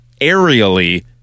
aerially